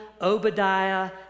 Obadiah